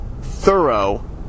Thorough